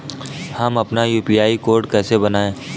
हम अपना UPI code कैसे बनाएँ?